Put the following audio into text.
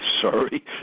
Sorry